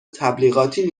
تبلیغاتی